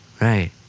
Right